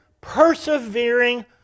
persevering